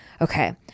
Okay